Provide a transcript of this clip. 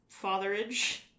fatherage